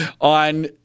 on